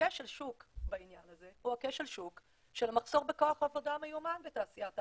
וכשל שוק בעניין הזה הוא כשל השוק של מחסור בכח עבודה מיומן בתעשייה,